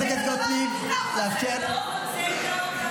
גלעד קריב (העבודה): ואטורי, תתבייש שלא הגבת לו.